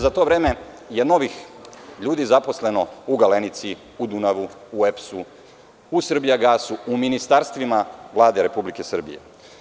Za to vreme koliko je novih ljudi zaposleno u „Galenici“, u „Dunavu“, u EPS-u, u „Srbijagasu“, u ministarstvima Vlade Republike Srbije?